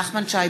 נחמן שי,